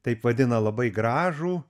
taip vadina labai gražų